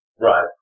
Right